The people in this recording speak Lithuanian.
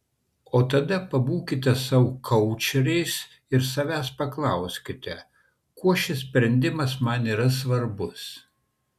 o tada pabūkite sau koučeriais ir savęs paklauskite kuo šis sprendimas man yra svarbus